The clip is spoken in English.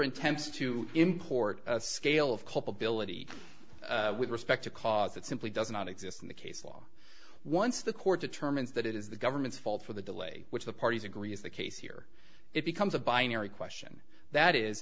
intends to import a scale of culpability with respect to cause that simply does not exist in the case law once the court determines that it is the government's fault for the delay which the parties agree is the case here it becomes a binary question that is